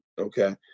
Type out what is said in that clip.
Okay